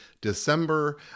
December